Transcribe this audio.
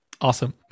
Awesome